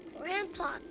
Grandpa